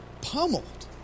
pummeled